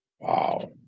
Wow